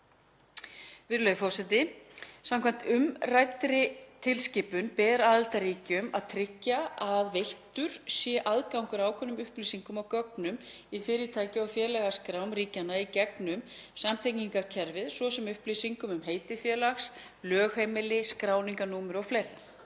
Virðulegur forseti. Samkvæmt umræddri tilskipun ber aðildarríkjum að tryggja að veittur sé aðgangur að ákveðnum upplýsingum og gögnum í fyrirtækja- og félagaskrám ríkjanna í gegnum samtengingarkerfið, svo sem upplýsingum um heiti félags, lögheimili, skráningarnúmer og fleira.